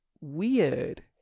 weird